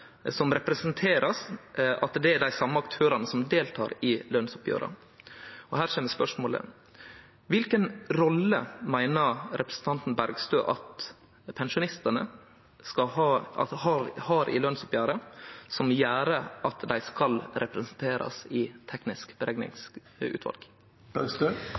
som blir representerte, er dei same aktørane som deltek i lønsoppgjera. Spørsmålet er: Kva for rolle meiner representanten Bergstø at pensjonistane har i lønsoppgjeret som gjer at dei skal vere representerte i